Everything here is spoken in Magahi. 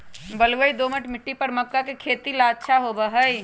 बलुई, दोमट मिट्टी मक्का के खेती ला अच्छा होबा हई